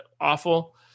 awful